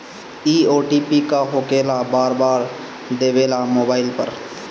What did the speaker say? इ ओ.टी.पी का होकेला बार बार देवेला मोबाइल पर?